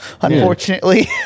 unfortunately